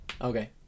okay